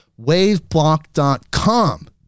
Waveblock.com